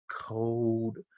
Cold